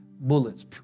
bullets